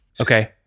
Okay